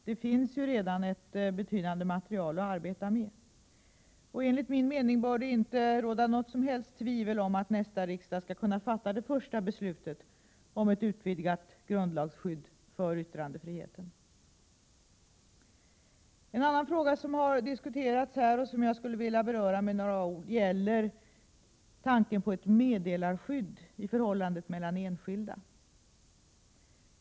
Det finns ju redan ett betydande material att arbeta med, och enligt min mening bör det inte råda något som helst tvivel om att nästa riksmöte skall kunna fatta det första beslutet om ett utvidgat grundlagsskydd för yttrandefriheten. En annan fråga som har diskuterats här och som jag skulle vilja beröra med några ord gäller tanken på ett meddelarskydd i förhållandet mellan enskilda.